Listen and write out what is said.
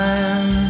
Time